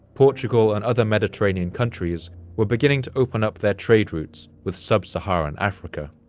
portugal and other mediterranean countries were beginning to open up their trade routes with sub-saharan africa.